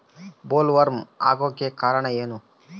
Bollworm ಆಗೋಕೆ ಕಾರಣ ಏನು?